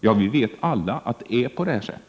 Vi vet alla att det är på det här sättet.